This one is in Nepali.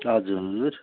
हजुर